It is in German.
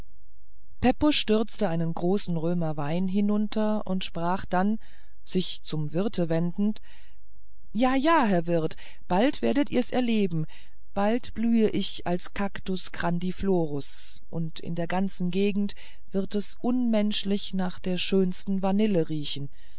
pepusch stürzte einen großen römer wein hinunter und sprach dann sich zum wirt wendend ja ja herr wirt bald werdet ihr's erleben bald blühe ich als cactus grandiflorus und in der ganzen gegend wird es unmenschlich nach der schönsten vanille riechen